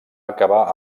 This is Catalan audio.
acabar